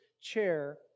chair